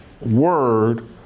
word